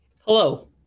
Hello